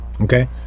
Okay